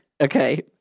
Okay